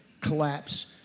collapse